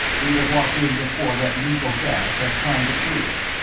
we'd have walked in before that lethal gas had time to clear.